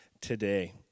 today